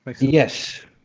Yes